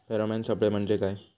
Pheromone सापळे म्हंजे काय?